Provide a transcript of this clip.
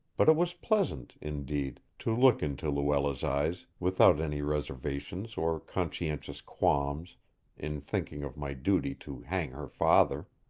but it was pleasant, indeed, to look into luella's eyes without any reservations or conscientious qualms in thinking of my duty to hang her father.